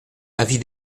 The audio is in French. avis